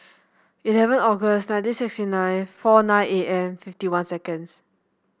eleven August nineteen sixty nine four nine A M fifty one seconds